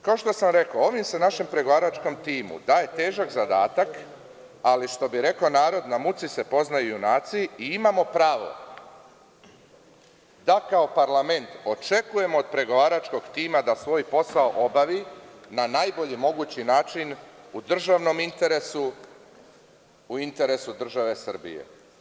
Kao što sam rekao, ovim se našem pregovaračkom timu daje težak zadatak, ali što bi rekla narodna – po muci se poznaju junici i imamo pravo da kao parlament očekujemo od pregovaračkog tima da svoj posao obavi na najbolji mogući način u državnom interesu, u interesu države Srbije.